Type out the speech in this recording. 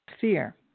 fear